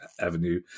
avenue